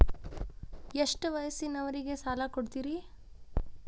ಎಷ್ಟ ವಯಸ್ಸಿನವರಿಗೆ ಸಾಲ ಕೊಡ್ತಿರಿ?